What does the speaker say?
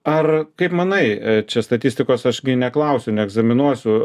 ar kaip manai čia statistikos aš neklausiu neegzaminuosiu